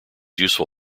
useful